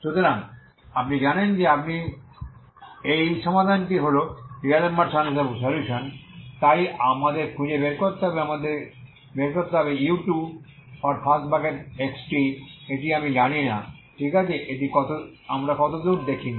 সুতরাং আপনি জানেন যে আপনি জানেন যে এই সমাধানটি হল ডিঅ্যালেমবার্ট সলিউশন তাই আমাদের খুঁজে বের করতে হবে আমাদের খুঁজে বের করতে হবে u2xtএটি আমি জানি না ঠিক আছে এটি আমরা এতদূর দেখিনি